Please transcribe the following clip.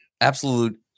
absolute